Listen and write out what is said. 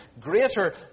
greater